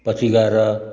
पछि गएर